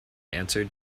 answered